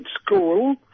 school